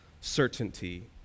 certainty